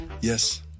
Yes